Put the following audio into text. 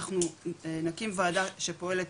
אנחנו נקים וועדה שפועלת,